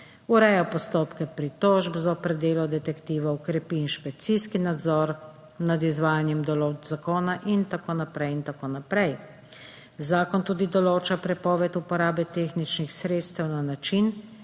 Ureja postopke pritožb zoper delo detektivov. Krepi inšpekcijski nadzor nad izvajanjem določb zakona. In tako naprej in tako naprej. Zakon tudi določa prepoved uporabe tehničnih sredstev na način,